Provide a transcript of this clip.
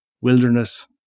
wilderness